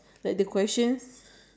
killing two birds with one stone